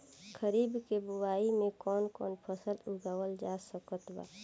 खरीब के बोआई मे कौन कौन फसल उगावाल जा सकत बा?